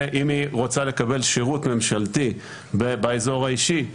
ואם היא רוצה לקבל שירות ממשלתי באזור האישי,